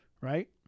right